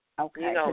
Okay